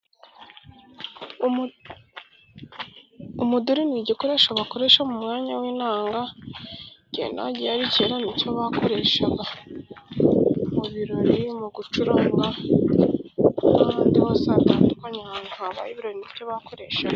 Umuduri ni igikoresho bakoresha mu mwanya w'inanga kera ni cyo bakoreshaga mu birori, mu gucunga n'ahandi hose hatandukanye, ahantu habaye ibirori ni byo bakoreshega.